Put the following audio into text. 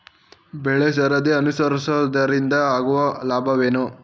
ಬೆಳೆಸರದಿ ಅನುಸರಿಸುವುದರಿಂದ ಆಗುವ ಲಾಭವೇನು?